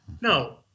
No